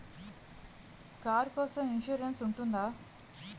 Car కోసం insurance ఉంటుందా?